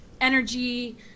energy